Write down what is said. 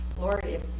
Lord